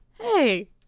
Hey